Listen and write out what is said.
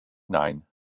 nine